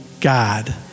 God